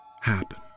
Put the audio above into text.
happen